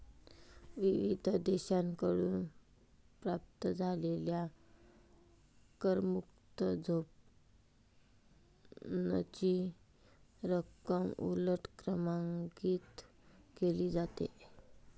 विविध देशांकडून प्राप्त झालेल्या करमुक्त झोनची रक्कम उलट क्रमांकित केली जाते